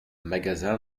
magazin